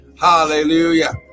Hallelujah